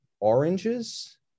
oranges